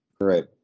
Right